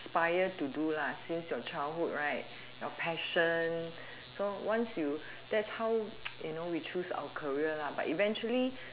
~pire to do lah since your childhood right your passion so once you that's how you know we choose our career lah but eventually